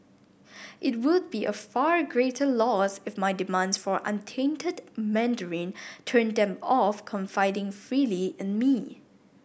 it would be a far greater loss if my demands for untainted Mandarin turned them off confiding freely in me